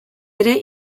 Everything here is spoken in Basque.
ere